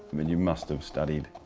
i mean you must have studied?